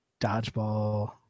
Dodgeball